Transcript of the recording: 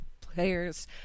players